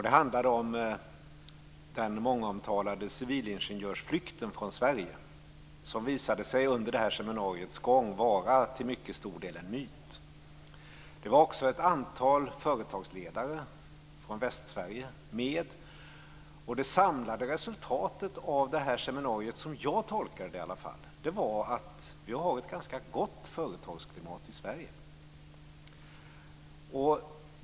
Det handlade om den mångomtalade civilingenjörsflykten från Sverige, som under seminariets gång till mycket stor del visade sig vara en myt. Det var också ett antal företagsledare från Västsverige med. Det samlade resultatet av seminariet, i varje fall som jag tolkade det, var att vi har ett ganska gott företagsklimat i Sverige.